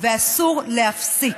ואסור להפסיק.